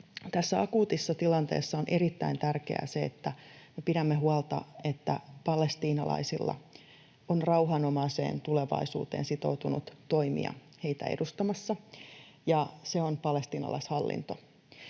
tässä akuutissa tilanteessa on erittäin tärkeää se, että me pidämme huolta, että palestiinalaisilla on rauhanomaiseen tulevaisuuteen sitoutunut toimija heitä edustamassa, ja se on palestiinalaishallinto.